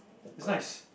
it's nice